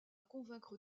convaincre